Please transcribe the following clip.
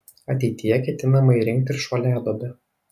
ateityje ketinama įrengti ir šuoliaduobę